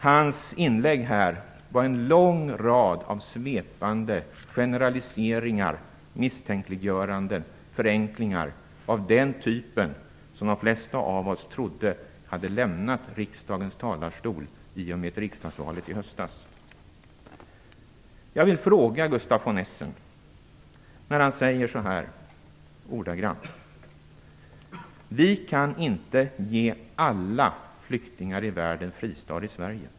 Hans inlägg här bestod av en lång rad av svepande generaliseringar, misstänkliggöranden och förenklingar av den typ som de flesta av oss efter höstens riksdagsval trodde inte längre skulle förekomma från riksdagens talarstol. Gustaf von Essen sade: Vi kan inte ge alla flyktingar i världen fristad i Sverige.